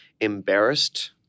embarrassed